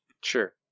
Sure